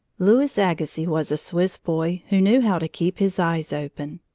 louis agassiz was a swiss boy who knew how to keep his eyes open.